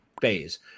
phase